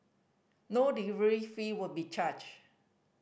no delivery fee will be charged